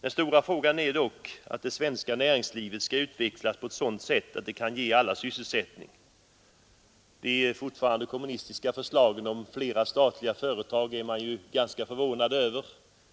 Den stora frågan är dock att det svenska näringslivet skall kunna utvecklas på ett sådant sätt att det kan ge alla sysselsättning. De kommunistiska förslagen om flera statliga företag är jag därför förvånad över.